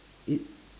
it